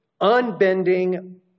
unbending